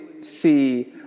see